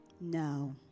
No